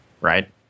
right